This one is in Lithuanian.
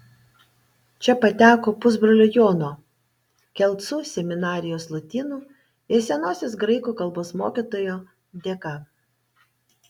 čia pateko pusbrolio jono kelcų seminarijos lotynų ir senosios graikų kalbos mokytojo dėka